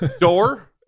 Door